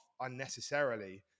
unnecessarily